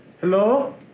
hello